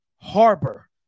Harbor